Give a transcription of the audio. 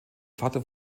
vater